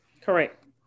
correct